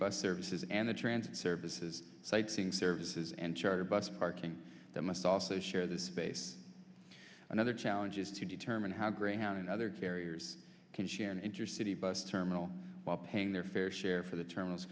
bus services and the transit services sightseeing services and charter bus parking that must also share the space another challenge is to determine how greyhound and other carriers can share an intercity bus terminal while paying their fair share for the terminals